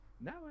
Now